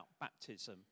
baptism